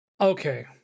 Okay